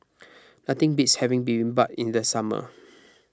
nothing beats having Bibimbap in the summer